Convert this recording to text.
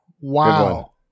wow